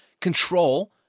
Control